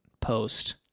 post